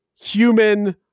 human